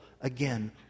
Again